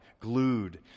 glued